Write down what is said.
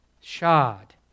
shod